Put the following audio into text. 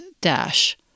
dash